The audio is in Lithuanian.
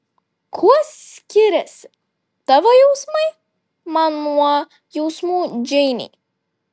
kuo skiriasi tavo jausmai man nuo jausmų džeinei